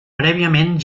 prèviament